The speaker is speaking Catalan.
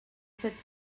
set